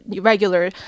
regular